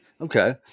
Okay